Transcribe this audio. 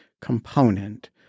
component